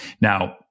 Now